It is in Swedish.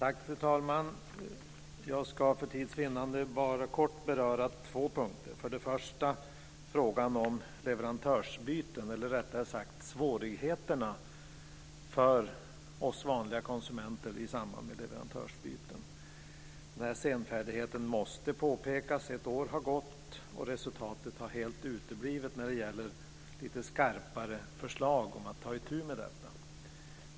Fru talman! Jag ska för tids vinnande kortfattat beröra två punkter. Den första gäller svårigheterna för oss vanliga konsumenter i samband med leverantörsbyten. Senfärdigheten måste påpekas. Ett år har gått, och resultatet har helt uteblivit i fråga om lite skarpare förslag om att ta itu med detta.